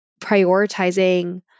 prioritizing